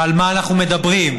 ועל מה אנחנו מדברים?